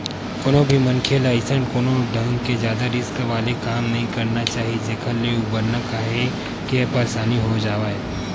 कोनो भी मनखे ल अइसन कोनो ढंग के जादा रिस्क वाले काम नइ करना चाही जेखर ले उबरना काहेक के परसानी हो जावय